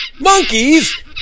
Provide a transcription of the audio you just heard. Monkeys